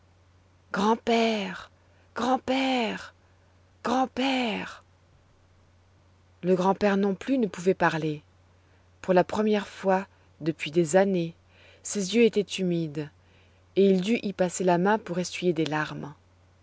grand-père grand-père grand-père le grand-père non plus ne pouvait parler pour la première fois depuis des années ses yeux étaient humides et il dut y passer la main pour essuyer des larmes